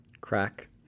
Crack